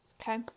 Okay